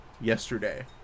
yesterday